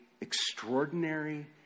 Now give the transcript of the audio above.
extraordinary